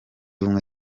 ubumwe